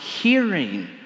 hearing